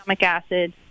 acid